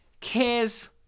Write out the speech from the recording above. cares